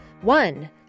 One